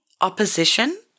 opposition